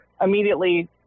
Immediately